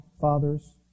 father's